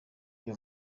yiba